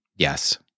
Yes